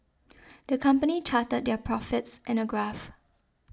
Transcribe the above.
the company charted their profits in a graph